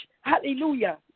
Hallelujah